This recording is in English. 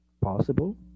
possible